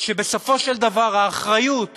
שבסופו של דבר האחריות